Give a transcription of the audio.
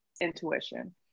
intuition